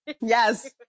Yes